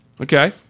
Okay